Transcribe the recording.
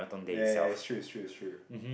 ya ya ya it's true it's true it's true